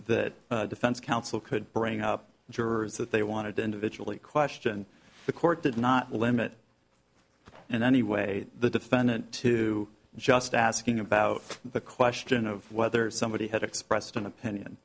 that defense counsel could bring up jurors that they wanted to individually question the court did not limit and anyway the defendant to just asking about the question of whether somebody had expressed an opinion